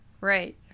Right